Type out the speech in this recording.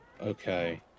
okay